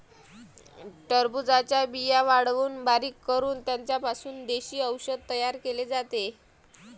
टरबूजाच्या बिया वाळवून बारीक करून त्यांचा पासून देशी औषध तयार केले जाते